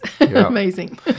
Amazing